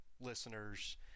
listeners